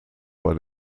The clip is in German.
war